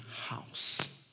house